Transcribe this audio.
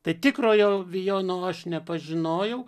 tai tikrojo vijono aš nepažinojau